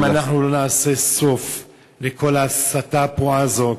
אם אנחנו לא נעשה סוף לכל ההסתה הפרועה הזאת,